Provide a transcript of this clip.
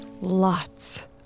Lots